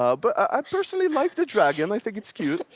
ah but i personally like the dragon. i think it's cute.